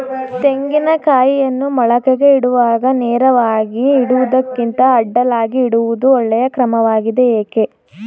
ತೆಂಗಿನ ಕಾಯಿಯನ್ನು ಮೊಳಕೆಗೆ ಇಡುವಾಗ ನೇರವಾಗಿ ಇಡುವುದಕ್ಕಿಂತ ಅಡ್ಡಲಾಗಿ ಇಡುವುದು ಒಳ್ಳೆಯ ಕ್ರಮವಾಗಿದೆ ಏಕೆ?